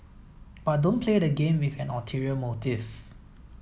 but don't play the game with an ulterior motive